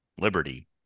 Liberty